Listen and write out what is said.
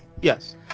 Yes